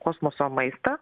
kosmoso maistą